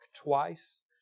twice